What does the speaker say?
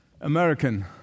American